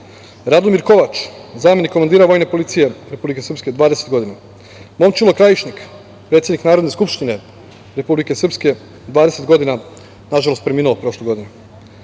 Radomir Kovač, zamenik komandira Vojne policije Republike Srpske – 20 godina, Momčilo Krajišnik, predsednik Narodne skupštine Republike Srpske – 20 godina, nažalost preminuo je prošle godine,